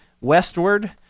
westward